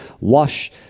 Wash